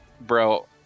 bro